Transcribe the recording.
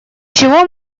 чего